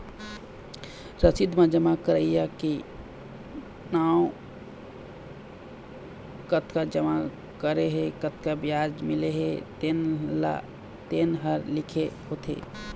रसीद म जमा करइया के नांव, कतका जमा करे हे, कतका बियाज मिलही तेन ह लिखे होथे